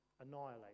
annihilate